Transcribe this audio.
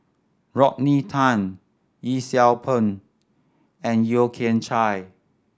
Rodney Tan Yee Siew Pun and Yeo Kian Chye